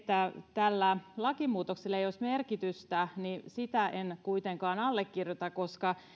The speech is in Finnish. tällä lakimuutoksella ei olisi merkitystä niin sitä en kuitenkaan allekirjoita koska